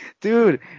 dude